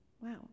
wow